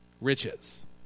riches